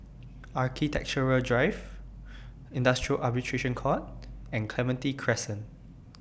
Architecture Drive Industrial Arbitration Court and Clementi Crescent